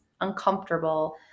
uncomfortable